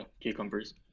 cucumbers